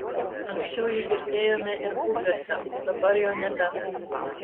anksčiau jį girdėjome ir bubiuose o dabar jau nebe